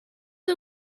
the